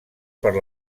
per